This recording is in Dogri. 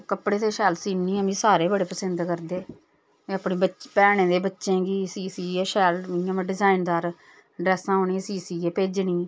कपड़े ते शैल सीनी होनी सारे बड़े पसिंद करदे में अपने बच्चे भैन दे बच्चेआं गी सी सीऐ इ'यां शैल मतलब कि डिजाइनदार ड्रैसां उनेंगी सी सी ऐ भेजनी